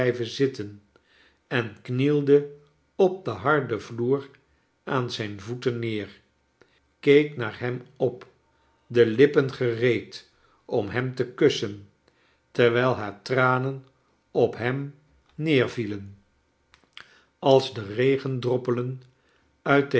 zitten en knielde op den harden vloer aan zijn voeten neer keek naar hem op d lippen gereed om hem te kussen terwijl haar tranen op hem neervieleii als de regendroppelen uit den